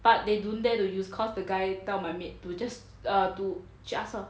but they don't dare to use cause the guy tell my maid to just err just err